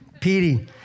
Petey